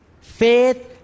faith